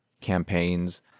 campaigns